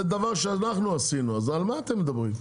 זה דבר שאנחנו עשינו, אז על מה אתם מדברים?